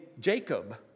Jacob